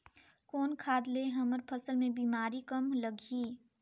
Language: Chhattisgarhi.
कौन खाद ले हमर फसल मे बीमारी कम लगही?